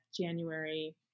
january